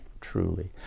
truly